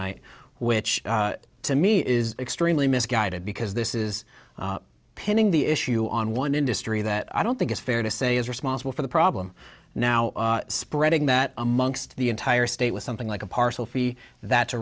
night which to me is extremely misguided because this is pinning the issue on one industry that i don't think it's fair to say is responsible for the problem now spreading that amongst the entire state with something like a partial fee that's a